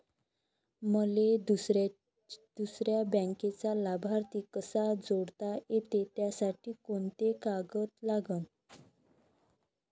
मले दुसऱ्या बँकेचा लाभार्थी कसा जोडता येते, त्यासाठी कोंते कागद लागन?